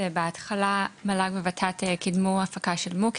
בהתחלה מל"ג וות"ת קידמו הפקה של Mooc.